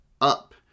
up